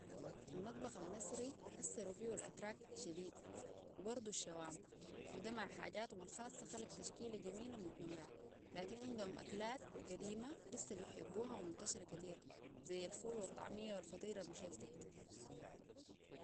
المطبخ المصري أثرو فيهو الأتراك شديد وبرضو الشوام وده مع حاجاتهم الخاصة خلق تشكيلة جميلة ومتنوعة لكن عندهم أكلات قديمة لسه بيحبوها ومنتشرة كتير زي الفول والطعمية والفطيرة المشلتت